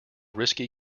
risky